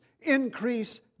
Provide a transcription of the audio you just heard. Increase